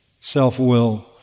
self-will